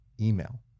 email